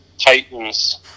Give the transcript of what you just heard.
Titans